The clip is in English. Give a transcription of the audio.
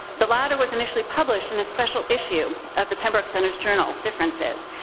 the latter was initially published in a special issue of the pembroke center's journal, differences,